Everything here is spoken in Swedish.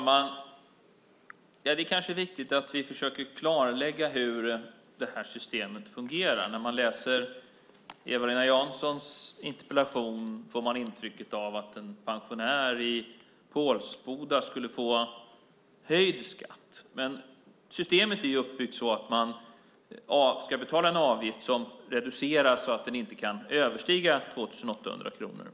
Herr talman! Det är kanske viktigt att vi försöker klarlägga hur det här systemet fungerar. När man läser Eva-Lena Janssons interpellation får man intrycket att en pensionär i Pålsboda skulle få höjd skatt. Systemet är uppbyggt så att man ska betala en avgift som reduceras så att den inte kan överstiga 2 800 kronor.